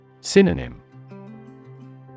Synonym